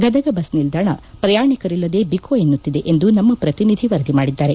Gadag bus ನಿಲ್ದಾಣ ಪ್ರಯಾಣಿಕರಿಲ್ಲದೇ ಏಕೋ ಎನ್ನುತ್ತಿದೆ ಎಂದು ನಮ್ಮ ಪ್ರತಿನಿಧಿ ವರದಿ ಮಾಡಿದ್ದಾರೆ